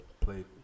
play